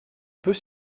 peut